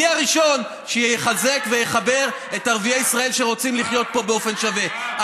אני הראשון שיחזק ויחבר את ערביי ישראל שרוצים לחיות פה באופן שווה.